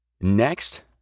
Next